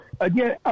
Again